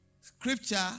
scripture